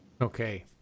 Okay